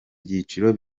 byiciro